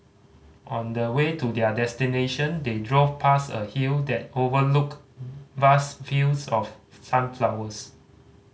on the way to their destination they drove past a hill that overlooked vast fields of sunflowers